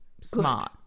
smart